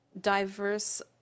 diverse